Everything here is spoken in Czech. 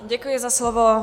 Děkuji za slovo.